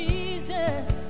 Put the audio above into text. Jesus